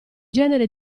genere